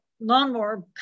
lawnmower